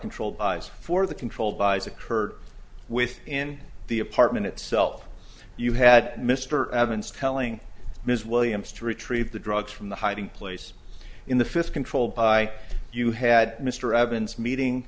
control for the controlled by as occurred with in the apartment itself you had mr evans telling ms williams to retrieve the drugs from the hiding place in the fist controlled by you had mr evans meeting